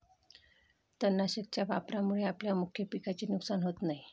तणनाशकाच्या वापरामुळे आपल्या मुख्य पिकाचे नुकसान होत नाही